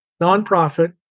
nonprofit